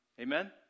Amen